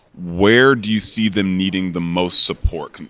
where do you see them needing the most support?